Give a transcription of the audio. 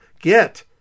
get